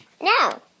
No